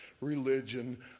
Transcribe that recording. religion